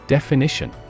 Definition